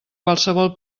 qualsevol